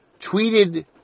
tweeted